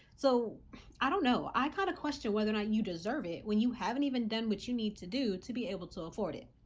so i don't know, i kind of question whether or not you deserve it when you haven't even done what you need to do to be able to afford it.